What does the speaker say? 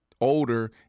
older